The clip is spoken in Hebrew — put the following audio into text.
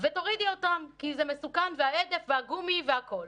ותורידי אותן כי זה מסוכן, ההדף והגומי והכול.